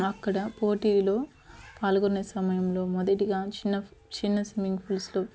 అక్కడ పోటీలో పాల్గొనే సమయంలో మొదటిగా చిన్న చిన్న స్విమ్మింగ్ ఫూల్స్లో